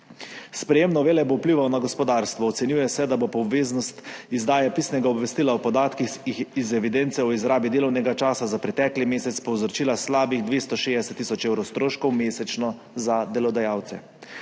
Sprejetje novele bo vplivalo na gospodarstvo. Ocenjuje se, da bo obveznost izdaje pisnega obvestila o podatkih iz evidence o izrabi delovnega časa za pretekli mesec povzročila slabih 260 tisoč evrov stroškov mesečno za delodajalce.